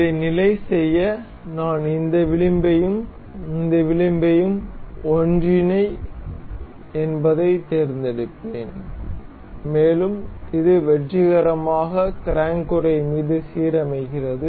இதை நிலை செய்ய நான் இந்த விளிம்பையும் இந்த விளிம்பையும் ஒன்றிணை என்பதைத் தேர்ந்தெடுப்பேன் மேலும் இது வெற்றிகரமாக கிராங்க் உறை மீது சீரமைக்கிறது